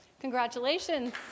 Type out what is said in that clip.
congratulations